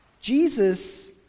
Jesus